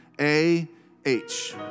A-H